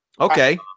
Okay